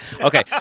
Okay